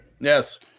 Yes